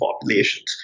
populations